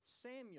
Samuel